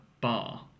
bar